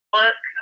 look